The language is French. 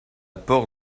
peur